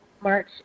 March